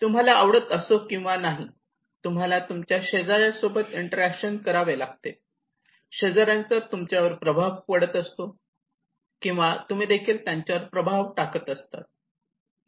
तुम्हाला आवडत असो किंवा नाही तुम्हाला तुमच्या शेजार्यांसोबत इंटरॅक्शन करावे लागते शेजार्यांचा तुमच्यावर प्रभाव पडत असतो किंवा तुम्ही देखील त्यांच्यावर प्रभाव टाकत असतात